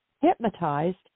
hypnotized